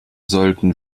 sollten